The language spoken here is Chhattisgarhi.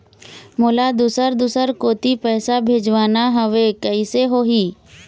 मोला दुसर दूसर कोती पैसा भेजवाना हवे, कइसे होही?